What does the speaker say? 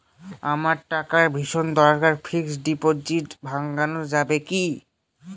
আমার টাকার ভীষণ দরকার ফিক্সট ডিপোজিট ভাঙ্গানো যাবে কি?